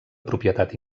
propietat